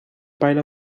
pile